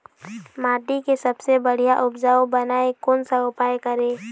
माटी के सबसे बढ़िया उपजाऊ बनाए कोन सा उपाय करें?